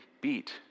beat